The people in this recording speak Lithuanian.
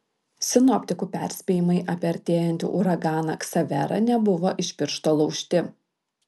sinoptikų perspėjimai apie artėjantį uraganą ksaverą nebuvo iš piršto laužti